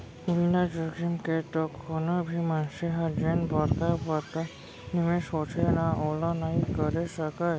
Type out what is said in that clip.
बिना जोखिम के तो कोनो भी मनसे ह जेन बड़का बड़का निवेस होथे ना ओला नइ करे सकय